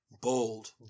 Bold